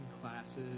classes